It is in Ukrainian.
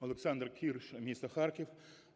Олександр Кірш, місто Харків.